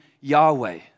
Yahweh